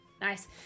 Nice